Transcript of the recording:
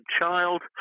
child